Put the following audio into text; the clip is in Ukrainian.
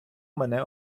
мене